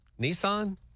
Nissan